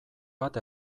bat